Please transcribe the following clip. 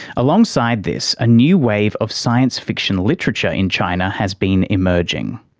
alongside this, a new wave of science fiction literature in china has been emerging.